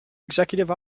executive